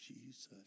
Jesus